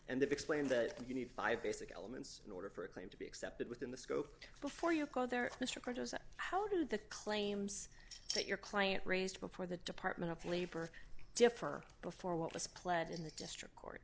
they've explained that you need five basic elements in order for a claim to be accepted within the scope before you go there mr cardoza how do the claims that your client raised before the department of labor differ before what was planned in the district court